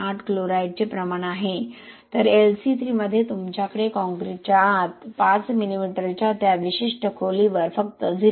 8 क्लोराईडचे प्रमाण आहे तर LC3 मध्ये तुमच्याकडे काँक्रीटच्या आत 5 मिलीमीटरच्या त्या विशिष्ट खोलीवर फक्त 0